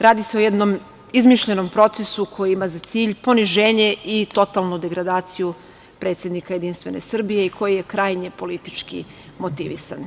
Radi se o jednom izmišljenom procesu koji ima za cilj poniženje i totalnu degradaciju predsednika Jedinstvene Srbije i koji je krajnje politički motivisan.